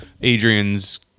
Adrian's